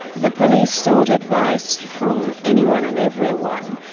the police sought advice from anyone and everyone,